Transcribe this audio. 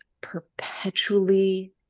perpetually